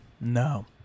No